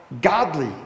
godly